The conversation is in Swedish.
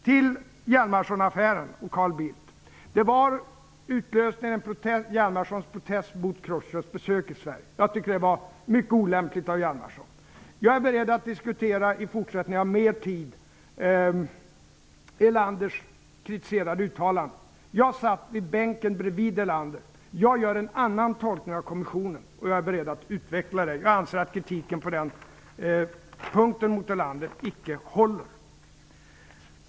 Till Hjalmarsonaffären och Carl Bildt. Chrusjtjovs besök i Sverige utlöste en protest av Hjalmarson. Jag tycker att det var mycket olämpligt av Hjalmarson. Jag är beredd att i fortsättningen, när vi har mer tid, diskuteta Erlanders kritiserade uttalande. Jag satt i bänken bredvid Erlander, och jag gör en annan tolkning av kommissionen. Jag är också beredd att utveckla detta. Jag anser att kritiken mot Erlander på den punkten icke håller.